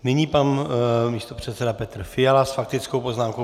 Nyní pan místopředseda Petr Fiala s faktickou poznámkou.